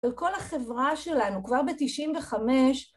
וכל החברה שלנו כבר בתשעים וחמש